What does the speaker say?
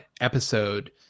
episode